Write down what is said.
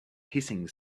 hissing